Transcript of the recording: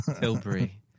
Tilbury